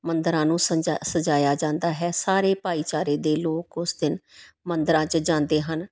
ਮੰਦਰਾਂ ਨੂੰ ਸਜਾ ਸਜਾਇਆ ਜਾਂਦਾ ਹੈ ਸਾਰੇ ਭਾਈਚਾਰੇ ਦੇ ਲੋਕ ਉਸ ਦਿਨ ਮੰਦਰਾਂ 'ਚ ਜਾਂਦੇ ਹਨ